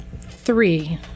three